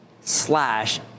slash